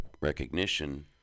recognition